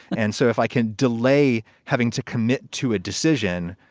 and so if i can delay having to commit to a decision,